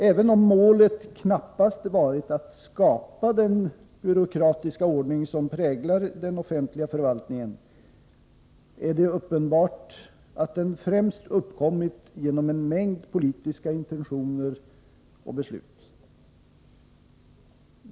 Även om målet knappast varit att skapa den byråkratiska ordning som präglar den offentliga förvaltningen, är det uppenbart att den främst uppkommit genom en mängd politiska intentioner och beslut.